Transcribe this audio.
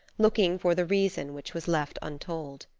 looking for the reason, which was left untold.